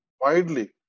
widely